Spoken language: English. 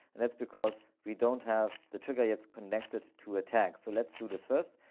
and that's because we don't have the trigger it's connected to a tag. so let's do this. first,